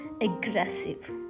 aggressive